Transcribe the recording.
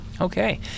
Okay